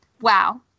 wow